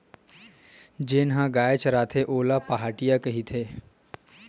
जेन ह गाय चराथे ओला पहाटिया कहिथे